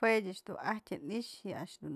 Jue ëch dun ajtyë në i'ixë yë a'ax dun